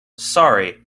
sorry